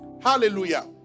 Hallelujah